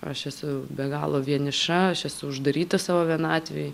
aš esu be galo vieniša aš esu uždaryta savo vienatvėj